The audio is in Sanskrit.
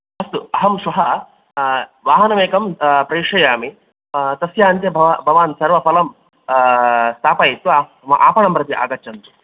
अस्तु अहं श्वः वाहमेकं प्रेशयामि तस्य अन्ते भ भवान् सर्वं फलं स्थापयित्वा मम आपणं प्रति आगच्छन्तु